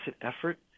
effort